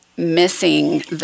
Missing